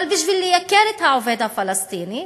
אבל כדי לייקר את העובד הפלסטיני,